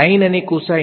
વિદ્યાર્થી Cosh